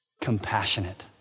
compassionate